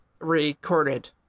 recorded